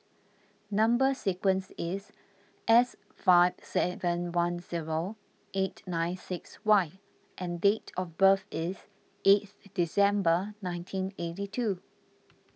Number Sequence is S five seven one zero eight nine six Y and date of birth is eight December nineteen eighty two